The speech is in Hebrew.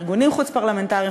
ארגונים חוץ-פרלמנטריים,